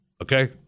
Okay